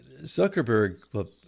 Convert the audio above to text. Zuckerberg